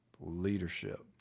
leadership